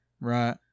Right